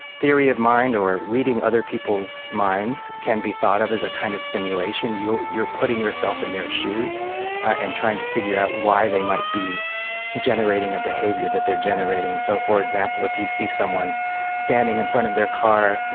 theory of mind or reading other people's minds can be thought of as a kind of simulation. you you are putting yourself in their shoes and trying to figure out why they might be generating a behaviour that they are generating. so, for example, if you see someone standing in front of their car,